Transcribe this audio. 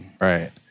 Right